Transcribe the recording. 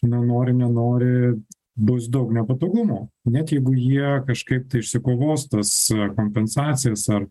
na nori nenori bus daug nepatogumų net jeigu jie kažkaip tai išsikovos tas kompensacijas ar